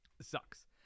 sucks